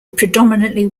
predominantly